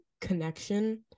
connection